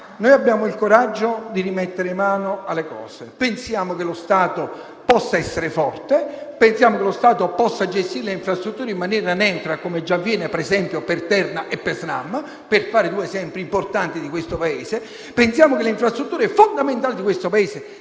noi abbiamo il coraggio di rimettere mano alle cose; pensiamo che lo Stato possa essere forte; pensiamo che lo Stato possa gestire le infrastrutture in maniera neutra, come già avviene per esempio per Terna e per Snam (per fare due esempi importanti di questo Paese. E pensiamo che le infrastrutture fondamentali di questo Paese